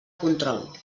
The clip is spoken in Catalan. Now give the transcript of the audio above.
control